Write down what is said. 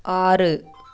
ஆறு